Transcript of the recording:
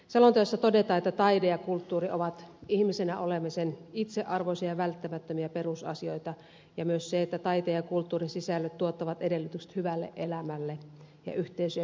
selonteossa todetaan että taide ja kulttuuri ovat ihmisenä olemisen itsearvoisia ja välttämättömiä perusasioita ja myös se että taiteen ja kulttuurin sisällöt tuottavat edellytykset hyvälle elämälle ja yhteisöjen hyvinvoinnille